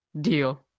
Deal